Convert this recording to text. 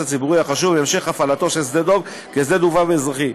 הציבורי החשוב בהמשך הפעלתו של שדה-דב כשדה-תעופה אזרחי,